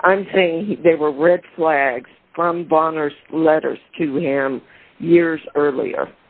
but i'm saying there were red flags from bonner's letters to him years earlier